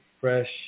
Fresh